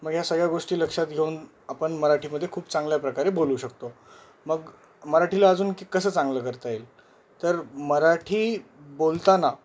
मग या सगळ्या गोष्टी लक्षात घेऊन आपण मराठीमध्ये खूप चांगल्या प्रकारे बोलू शकतो मग मराठीला अजून की कसं चांगलं करता येईल तर मराठी बोलताना